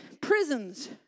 prisons